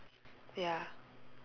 ya